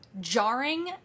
jarring